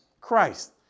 Christ